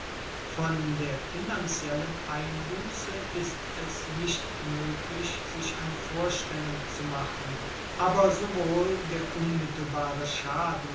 von der finanziellen einbusse ist es nicht moeglich sich eine vorstellung zu machen aber sowohl der unmittelbare schaden